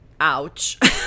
ouch